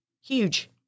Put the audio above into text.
Huge